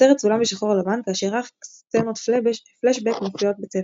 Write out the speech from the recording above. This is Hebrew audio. הסרט צולם בשחור-לבן כאשר רק סצנות פלאשבק מופיעות בצבע.